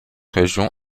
région